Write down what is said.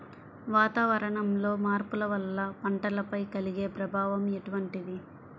వాతావరణంలో మార్పుల వల్ల పంటలపై కలిగే ప్రభావం ఎటువంటిది?